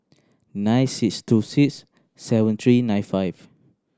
nine six two six seven three nine five